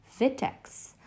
Vitex